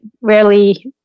rarely